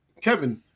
Kevin